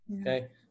Okay